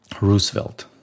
Roosevelt